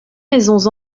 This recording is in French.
maisons